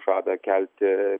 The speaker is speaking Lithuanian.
žada kelti